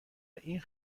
این